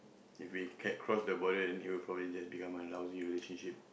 if we can cross the border then it will probably just become a lousy relationship